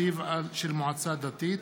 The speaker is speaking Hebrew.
התקציב של מועצה דתית),